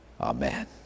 Amen